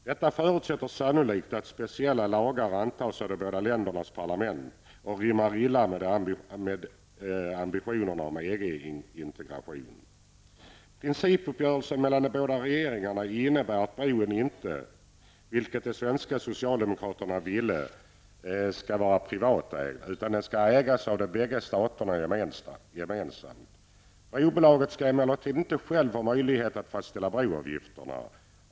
Detta förutsätter sannolikt att speciella lagar antas av de båda ländernas parlament, och det rimmar illa med ambitionerna om EG-integration. -- Principuppgörelsen mellan de båda regeringarna innebär att bron inte, vilket de svenska socialdemokraterna ville, skall vara privatägd, utan att den skall ägas av de bägge staterna gemensamt. Brobolaget skall emellertid inte självt ha möjlighet att fastställa broavgifterna.